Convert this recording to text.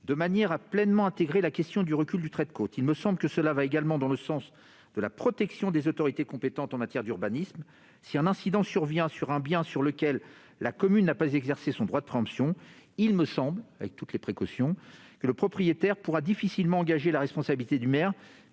de manière à pleinement intégrer la question du recul du trait de côte. Il me semble que cela va également dans le sens de la protection des autorités compétentes en matière d'urbanisme. Si un incident survient sur un bien sur lequel la commune n'a pas exercé son droit de préemption, il me semble- toutes précautions prises -que le propriétaire pourra difficilement engager la responsabilité du maire,